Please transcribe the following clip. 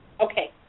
Okay